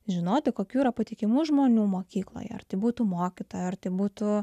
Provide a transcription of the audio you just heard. žinoti kokių yra patikimų žmonių mokykloje ar tai būtų mokyta ar tai būtų